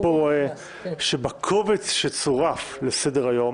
אני כן יכול לומר לך שאני רואה פה שבקובץ שצורף לסדר היום